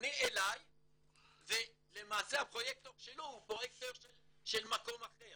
פונה אלי ולמעשה הפרויקטור שלו הוא פרויקטור מעיר אחרת.